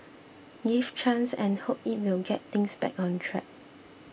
give chance and hope it will get things back on track